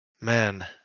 Man